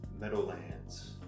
Meadowlands